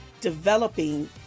developing